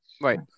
Right